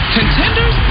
Contenders